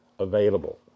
Available